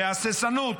בהססנות,